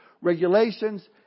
regulations